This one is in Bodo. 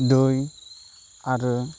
दै आरो